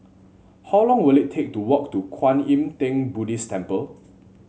how long will it take to walk to Kwan Yam Theng Buddhist Temple